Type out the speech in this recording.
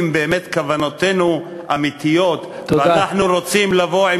אם באמת כוונותינו אמיתיות ואנחנו רוצים לבוא עם